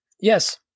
Yes